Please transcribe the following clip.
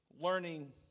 Learning